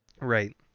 right